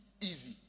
easy